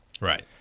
Right